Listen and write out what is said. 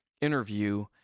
interview